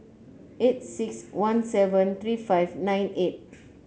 eight six one seven three five nine eight